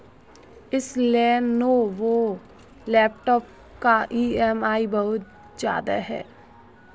इस Lenovo laptop का EMI बहुत ज्यादा है